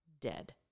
dead